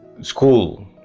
school